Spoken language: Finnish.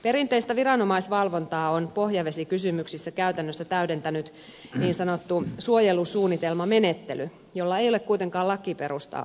perinteistä viranomaisvalvontaa on pohjavesikysymyksissä käytännössä täydentänyt niin sanottu suojelusuunnitelmamenettely jolla ei ole kuitenkaan perustaa lakitasolla